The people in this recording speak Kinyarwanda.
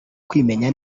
kwimenya